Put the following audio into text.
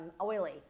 oily